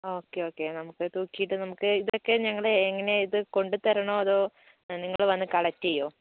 ഒക്കെ ഒക്കെ നമുക്ക് തൂക്കിയിട്ട് നമുക്ക് ഇതൊക്കെ ഞങ്ങൾ എങ്ങനെയാണ് കൊണ്ടുതരാനോ അതോ നിങ്ങൾ വന്നു കളക്ട് ചെയ്യുമോ